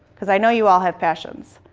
because i know you all have passions.